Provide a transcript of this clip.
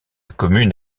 commune